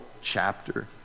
chapter